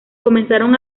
comenzaron